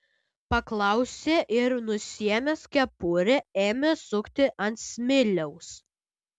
paklausė ir nusiėmęs kepurę ėmė sukti ant smiliaus